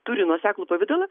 turi nuoseklų pavidalą